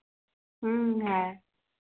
है